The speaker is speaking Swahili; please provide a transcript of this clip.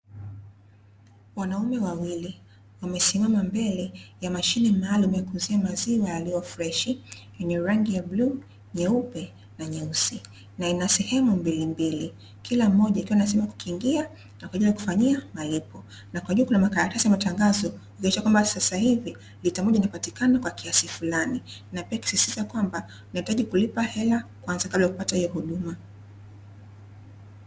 Wanaume wawili, wamesimama mbele ya mashine maalumu ya kuuzia maziwa yaliyo freshi, yenye rangi ya bluu nyeupe na nyeusi na ina sehemu mbili mbili kila moja ikiwa na sehemu ya kukingia na kwaajili ya kufanyia malipo, na kwa juuu kuna karatasi ya matangazo kuonyesha kwamba sasahivi lita moja inapatikana kwa kiasi fulani, pia ikisisitiza kwamba unahitaji kulipa hela kabla ya kupata hiyo huduma.